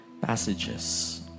passages